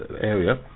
area